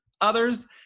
others